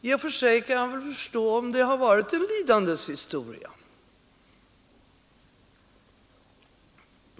I och för sig kan jag väl förstå om det har varit en lidandets historia.